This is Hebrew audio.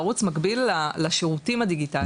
ערוץ מקביל לשירותים הדיגיטליים,